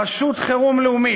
רשות חירום לאומית,